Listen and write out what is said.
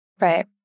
Right